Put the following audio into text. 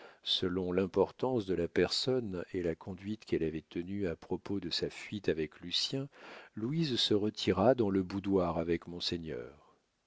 selon l'importance de la personne et la conduite qu'elle avait tenue à propos de sa fuite avec lucien louise se retira dans le boudoir avec monseigneur